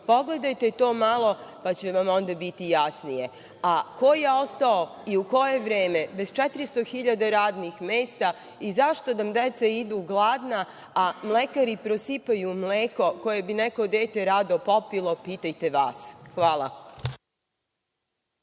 Pogledajte to malo, pa će vam onda biti jasnije.A ko je ostao i u koje vreme bez 400.000 radnih mesta, i zašto nam deca idu gladna, a mlekari prosipaju mleko koje bi neko dete rado popilo, pitajte vas. Hvala.